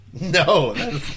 No